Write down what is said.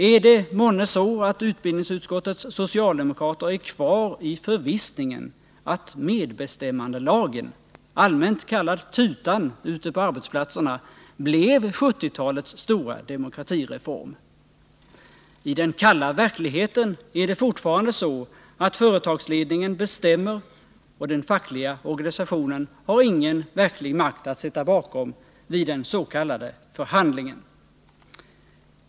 Är det månne så att utbildningsutskottets socialdemokrater är kvar i förvissningen att medbestämmandelagen, allmänt kallad tutan ute på arbetsplatserna, blev 1970-talets stora demokratireform? I den kalla verkligheten är det fortfarande så att företagsledningen bestämmer. Den fackliga organisationen har ingen verklig makt att sätta bakom vid den s.k. förhandlingen.